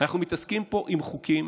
אנחנו מתעסקים פה בחוקים